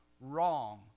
Wrong